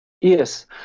Yes